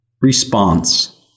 response